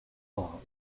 claw